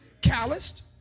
calloused